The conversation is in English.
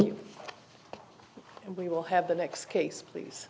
and we will have the next case please